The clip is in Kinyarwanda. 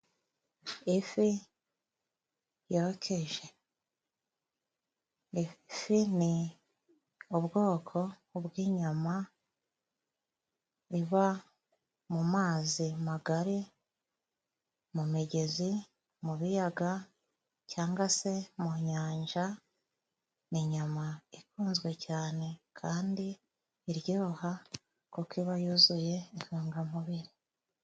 Ifi yokeje. Rero ifi ni ubwoko bw'inyama iba: mu mazi magari, mu migezi, mu biyaga cyangwa se mu nyanja. Ni inyama ikunzwe cyane kandi iryoha kuko iba yuzuye intungamubiri.